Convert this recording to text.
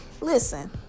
Listen